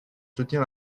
soutenir